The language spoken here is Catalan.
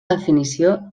definició